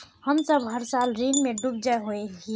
हम सब हर साल ऋण में डूब जाए हीये?